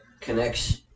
connects